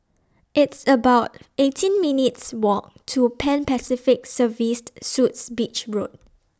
It's about eighteen minutes' Walk to Pan Pacific Serviced Suites Beach Road